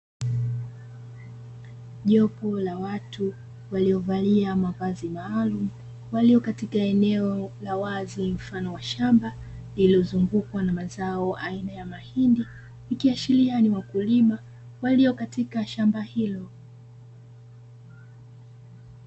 Jopo la watu waliovalia mavazi maalumu, walio katika eneo la wazi mfano wa shamba lililozungukwa na mazao aina ya mahindi, ikiashiria ni wakulima walio katika shamba hilo.